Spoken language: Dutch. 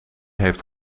heeft